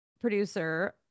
producer